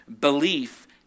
Belief